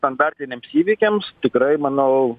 standartiniams įvykiams tikrai manau